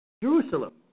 Jerusalem